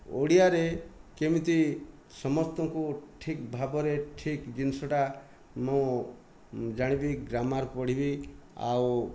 ଓଡ଼ିଆରେ କେମିତି ସମସ୍ତଙ୍କୁ ଠିକ୍ ଭାବରେ ଠିକ୍ ଜିନିଷଟା ମୁଁ ଜାଣିବି ଗ୍ରାମାର୍ ପଢ଼ିବି ଆଉ